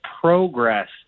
progress